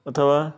अथवा